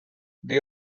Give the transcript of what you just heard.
they